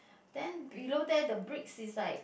then below there the bricks is like